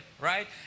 right